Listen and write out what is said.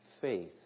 faith